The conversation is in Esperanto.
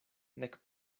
nek